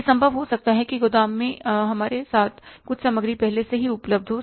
यह संभव हो सकता है कि गोदाम में हमारे साथ कुछ सामग्री पहले से ही उपलब्ध है